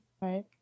Right